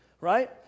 right